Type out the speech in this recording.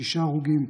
שישה הרוגים,